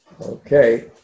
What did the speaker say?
Okay